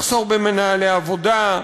מחסור במנהלי עבודה,